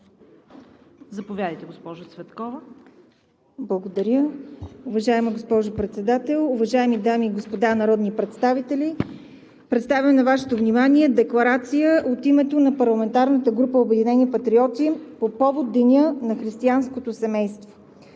Заповядайте, госпожо Цветкова. МАРИЯ ЦВЕТКОВА (ОП): Благодаря. Уважаема госпожо Председател, уважаеми дами и господа народни представители! Представям на Вашето внимание декларация от името на парламентарната група на „Обединени патриоти“ по повод Деня на християнското семейство.